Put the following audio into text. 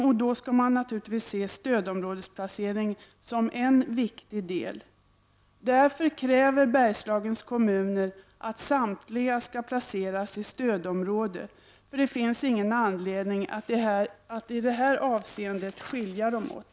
Och då skall man naturligtvis se stödområdesplaceringen som en viktig del. Därför kräver Bergslagens kommuner att samtliga skall placeras i stödområde, eftersom det inte finns någon anledning att i det här avseendet skilja dem åt.